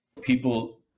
People